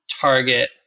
target